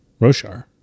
roshar